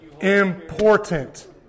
important